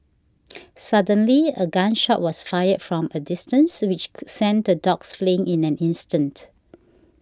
suddenly a gun shot was fired from a distance which sent the dogs fleeing in an instant